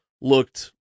looked